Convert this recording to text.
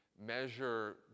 measure